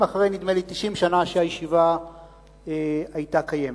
נדמה לי 90 שנה אחרי שהישיבה היתה כבר קיימת.